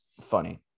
funny